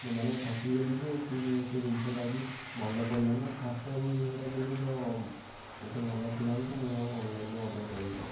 ମାନେ ଠକି ଗଲି ଯେ କିନ୍ତୁ ସେ ଜିନିଷଟା ବି ଭଲ ପଡ଼ିଲାନି ଆଉ ଫାଷ୍ଟ ଟାଇମ୍ ଜିନିଷଟା କିଣିଲି ତ ଏତେ ଭଲ ପଡ଼ିଲାନି ତ ମୁଁ ଆଉ ଅନଲାଇନ୍ରୁ ଅର୍ଡ଼ର୍ କରୁନି